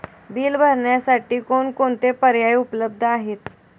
Bill भरण्यासाठी कोणकोणते पर्याय उपलब्ध आहेत?